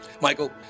Michael